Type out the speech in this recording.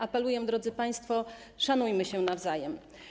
Apeluję: drodzy państwo, szanujmy się nawzajem.